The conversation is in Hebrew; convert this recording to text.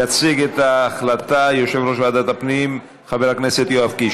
יציג את ההחלטה יושב-ראש ועדת הפנים חבר הכנסת יואב קיש.